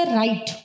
right